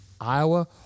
Iowa